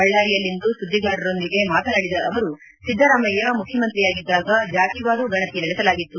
ಬಳ್ಳಾರಿಯಲ್ಲಿಂದು ಸುದ್ಗಿಗಾರರೊಂದಿಗೆ ಮಾತನಾಡಿದ ಅವರು ಸಿದ್ದರಾಮಯ್ಯ ಮುಖ್ಯಮಂತ್ರಿಯಾಗಿದ್ದಾಗ ಜಾತಿವಾರು ಗಣತಿ ನಡೆಸಲಾಗಿತ್ತು